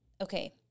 okay